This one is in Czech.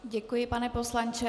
Děkuji, pane poslanče.